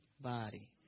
body